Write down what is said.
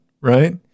right